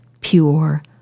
pure